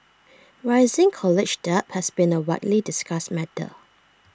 rising college debt has been A widely discussed matter